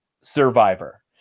survivor